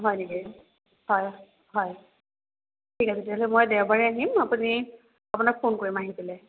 হয় নেকি হয় হয় ঠিক আছে তেতিয়াহ'লে মই দেওবাৰে আহিম আপুনি আপোনাক ফোন কৰিম আহি পেলাই